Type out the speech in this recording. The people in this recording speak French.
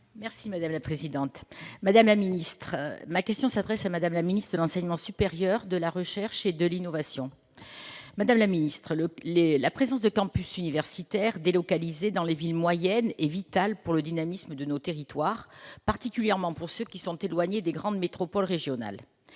est à Mme Josiane Costes, auteur de la question n° 272, adressée à Mme la ministre de l'enseignement supérieur, de la recherche et de l'innovation. Madame la secrétaire d'État, la présence de campus universitaires délocalisés dans les villes moyennes est vitale pour le dynamisme de nos territoires, particulièrement pour ceux qui sont éloignés des grandes métropoles régionales.